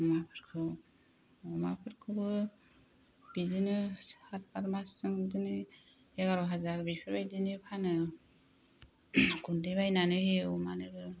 अमाफोरखौ अमाफोरखौबो बिदिनो सात मासजों बिदिनो एगार हाजार बिदिनि फानो गुनदै बायनानै होयो अमा नोबो